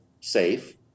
safe